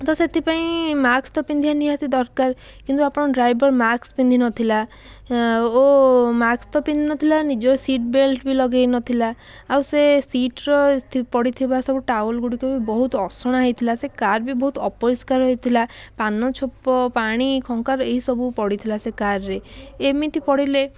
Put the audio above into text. ତ ସେଥିପାଇଁ ମାସ୍କ ତ ପିନ୍ଧିବା ନିହାତି ଦରକାର କିନ୍ତୁ ଆପଣଙ୍କ ଡ୍ରାଇଭର୍ ମାସ୍କ ପିନ୍ଧି ନଥିଲା ଓ ମାସ୍କ ତ ପିନ୍ଧିନଥିଲା ନିଜର ସିଟ୍ ବେଲ୍ଟ ବି ଲଗେଇନଥିଲା ଆଉ ସେ ସିଟ୍ର ପଡ଼ିଥିବା ସବୁ ଟାୱେଲ୍ଗୁଡ଼ିକ ବହୁତ ଅସନା ହେଇଥିଲା ସେ କାର୍ ବି ବହୁତ ଅପରିଷ୍କାର ହୋଇଥିଲା ପାନଛେପ ପାଣି ଖଙ୍କାର ଏଇସବୁ ପଡ଼ିଥିଲା ସେଇ କାର୍ରେ ଏମିତି ପଡ଼ିଲେ